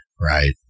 Right